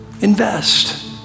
Invest